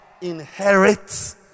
Inherit